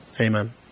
Amen